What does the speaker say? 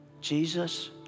Jesus